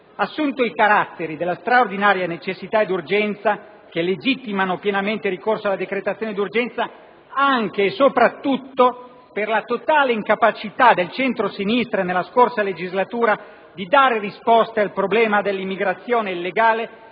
assunto i caratteri della straordinaria necessità ed urgenza che legittimano pienamente il ricorso alla decretazione d'urgenza anche e soprattutto per la totale incapacità del centrosinistra nella scorsa legislatura di dare risposta al problema dell'immigrazione illegale